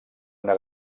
una